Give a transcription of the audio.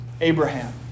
Abraham